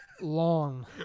Long